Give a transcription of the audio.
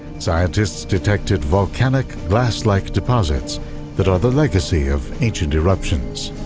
scientists detected volcanic glass-like deposits that are the legacy of ancient eruptions.